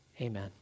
Amen